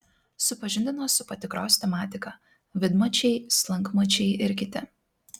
supažindino su patikros tematika vidmačiai slankmačiai ir kiti